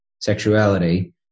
sexuality